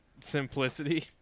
Simplicity